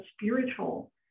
spiritual